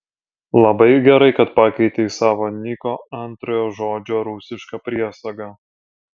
labai gerai kad pakeitei savo niko antrojo žodžio rusišką priesagą